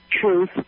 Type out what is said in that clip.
truth